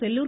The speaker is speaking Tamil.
செல்லூர்